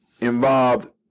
involved